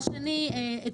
השני זה